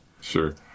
Sure